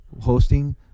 hosting